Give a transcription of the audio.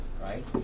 right